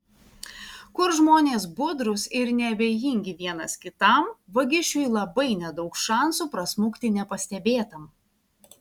kur žmonės budrūs ir neabejingi vienas kitam vagišiui labai nedaug šansų prasmukti nepastebėtam